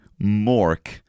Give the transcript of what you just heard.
Mork